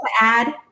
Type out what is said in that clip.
add